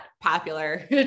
popular